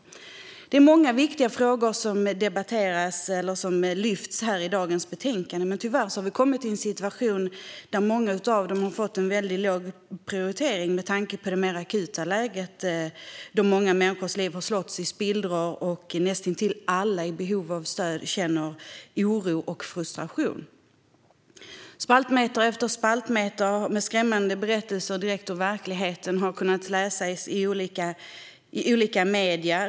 Det är många viktiga frågor som lyfts fram i dagens betänkande, men tyvärr har vi hamnat i en situation där många av dem har fått låg prioritering på grund av det akuta läge där många människors liv har slagits i spillror och där näst intill alla i behov av stöd känner oro och frustration. Spaltmeter efter spaltmeter med skrämmande berättelser direkt ur verkligheten har kunnat läsas i olika medier.